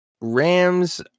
rams